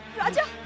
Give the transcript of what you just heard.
raja,